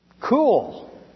Cool